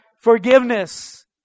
forgiveness